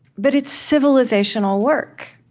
but it's civilizational work.